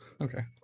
Okay